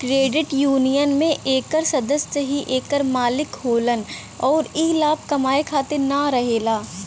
credit union में एकर सदस्य ही एकर मालिक होलन अउर ई लाभ कमाए खातिर न रहेला